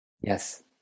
Yes